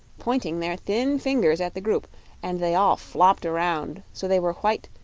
pointing their thin fingers at the group and they all flopped around, so they were white,